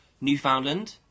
Newfoundland